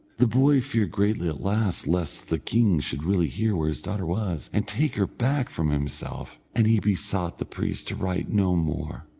the boy feared greatly at last, lest the king should really hear where his daughter was, and take her back from himself, and he besought the priest to write no more,